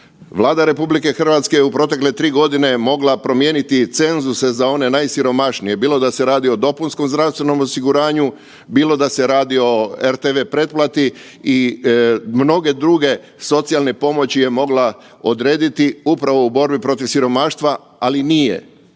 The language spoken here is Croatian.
Vlada RH u protekle 3 godine je mogla promijeniti i cenzuse za one najsiromašnije bilo da se radi o dopunskom zdravstvenom osiguranju, bilo da se radi o rtv pretplati i mnoge druge socijalne pomoći je mogla odrediti upravo u borbi protiv siromaštva, ali nije